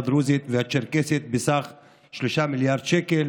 הדרוזית והצ'רקסית בסך 3 מיליארד שקל